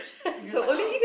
you just like !ah!